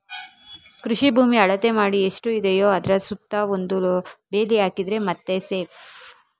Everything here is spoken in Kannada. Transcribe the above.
ಕೃಷಿ ಭೂಮಿ ಅಳತೆ ಮಾಡಿ ಎಷ್ಟು ಇದೆಯೋ ಅದ್ರ ಸುತ್ತ ಒಂದು ಬೇಲಿ ಹಾಕಿದ್ರೆ ಮತ್ತೆ ಸೇಫ್